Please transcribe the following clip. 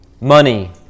money